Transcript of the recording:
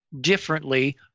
Differently